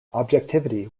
objectivity